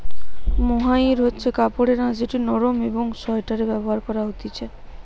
mohair হচ্ছে কাপড়ের আঁশ যেটি নরম একং সোয়াটারে ব্যবহার করা হতিছে